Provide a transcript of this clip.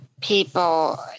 people